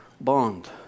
bond